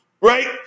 right